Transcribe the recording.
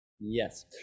Yes